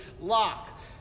lock